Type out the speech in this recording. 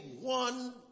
one